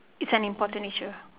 it's an important issue